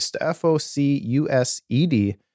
F-O-C-U-S-E-D